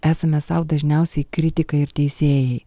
esame sau dažniausiai kritikai ir teisėjai